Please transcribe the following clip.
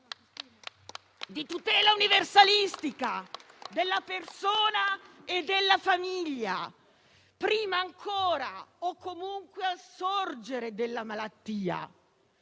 di tutela universalistica della persona e della famiglia, prima ancora o comunque al sorgere della malattia,